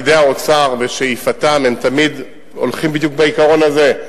פקידי האוצר בשאיפתם הם תמיד הולכים בדיוק לפי העיקרון הזה,